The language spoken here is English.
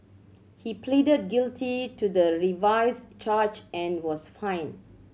he pleaded guilty to the revised charge and was fined